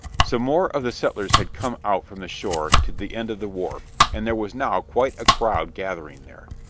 some more of the settlers had come out from the shore to the end of the wharf, and there was now quite a crowd gathering there,